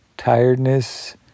Tiredness